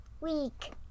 week